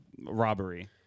robbery